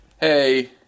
hey